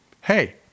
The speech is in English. Hey